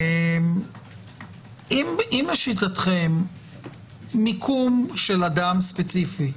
אם לשיטתכם מיקום של אדם ספציפי,